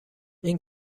این